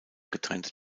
getrennte